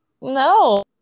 No